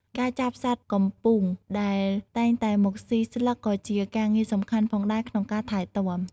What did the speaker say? ការចាប់សត្វកំពូងដែលតែងតែមកស៊ីស្លឹកក៏ជាការងារសំខាន់ផងដែរក្នុងការថែទាំ។